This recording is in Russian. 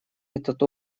этот